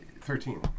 Thirteen